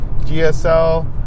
GSL